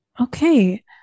Okay